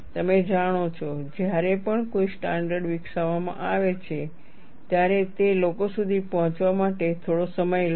તમે જાણો છો જ્યારે પણ કોઈ સ્ટાન્ડર્ડ વિકસાવવામાં આવે છે ત્યારે તે લોકો સુધી પહોંચવા માટે થોડો સમય લે છે